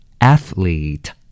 athlete